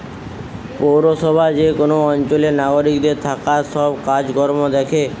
পৌরসভা যে কোন অঞ্চলের নাগরিকদের থাকার সব কাজ কর্ম দ্যাখে